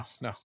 No